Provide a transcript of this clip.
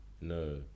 no